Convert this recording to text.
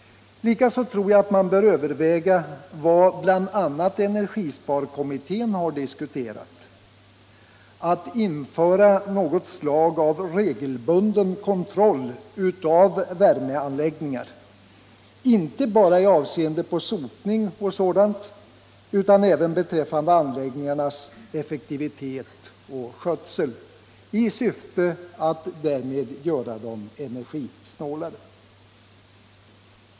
Likaså tror jag man bör överväga vad bl.a. energisparkommittén har diskuterat, nämligen att införa något slag av regelbunden kontroll av värmeanläggningar inte bara i avseende på sotning och sådant utan även beträffande anläggningarnas effektivitet och skötsel, i syfte att där med göra dem energisnålare.